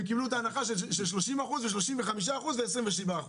הם קיבלו הנחות של 30% ו-35% ו-27%.